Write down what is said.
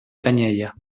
canyella